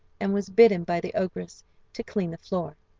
and was bidden by the ogress to clean the floor,